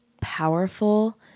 powerful